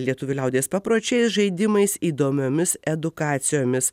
lietuvių liaudies papročiais žaidimais įdomiomis edukacijomis